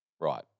right